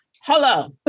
hello